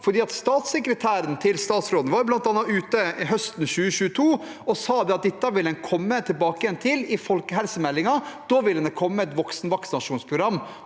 Statssekretæren til statsråden var bl.a. høsten 2022 ute og sa at dette vil en komme tilbake til i folkehelsemeldingen – da vil det komme et voksenvaksinasjonsprogram.